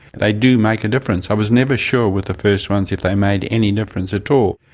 they do make a difference. i was never sure with the first ones if they made any difference at all.